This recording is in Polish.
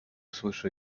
słyszy